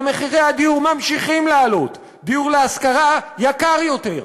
אלא מחירי הדיור ממשיכים לעלות: הדיור להשכרה יקר יותר,